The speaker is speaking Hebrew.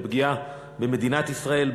זו פגיעה במדינת ישראל,